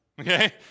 Okay